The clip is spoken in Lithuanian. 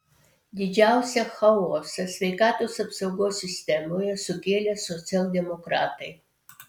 didžiausią chaosą sveikatos apsaugos sistemoje sukėlė socialdemokratai